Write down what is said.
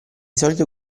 solito